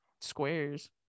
squares